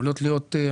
יכולות להיות מחלוקות,